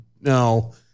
no